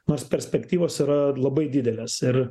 nors perspektyvos yra labai didelės ir